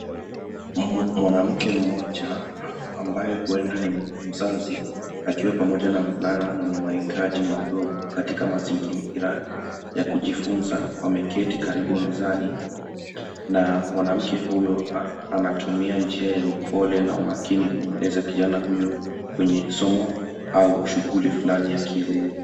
Mwanamke mmoja ambaye huenda ni mzazi akiwa pamoja na mvulana mwenye mahitaji maalum. Katika mazingira ya kujifunza wameketi karibu mezani na mwanamke huyo anatumia njia ya upole na umakini kumweleza kijana huyu kwenye somo au shughuli flani ya kielimu.